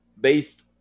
based